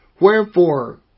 Wherefore